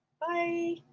Bye